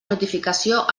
notificació